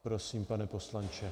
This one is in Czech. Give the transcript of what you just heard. Prosím, pane poslanče.